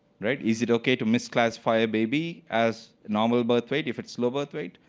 rit? is it okay to misclassify a baby as normal birth weight if it's low birth weight?